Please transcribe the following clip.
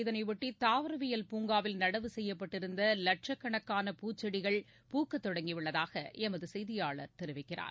இதனையொட்டி தாவரவியல் பூங்காவில் நடவு செய்யப்பட்டிருந்த லட்சக்கணக்கான பூச்செடிகள் பூக்கத் தொடங்கியுள்ளதாக எமது செய்தியாளர் தெரிவிக்கிறார்